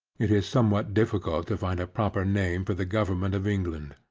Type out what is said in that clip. it is somewhat difficult to find a proper name for the government of england.